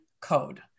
code